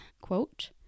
quote